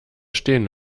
stehen